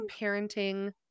parenting